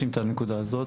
אני אשלים את הנקודה הזו,